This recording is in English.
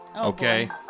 Okay